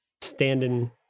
standing